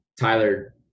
Tyler